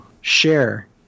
share